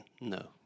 no